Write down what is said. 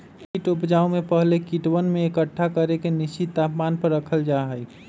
कीट उपजाऊ में पहले कीटवन के एकट्ठा करके निश्चित तापमान पर रखल जा हई